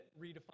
redefine